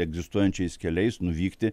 egzistuojančiais keliais nuvykti